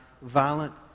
violent